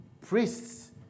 Priests